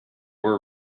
were